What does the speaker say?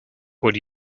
would